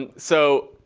and so